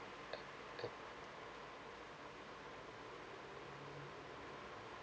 uh and